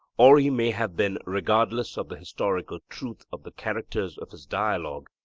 or he may have been regardless of the historical truth of the characters of his dialogue,